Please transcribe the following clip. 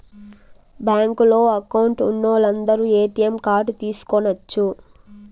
బ్యాంకులో అకౌంట్ ఉన్నోలందరు ATM card తీసుకొనచ్చు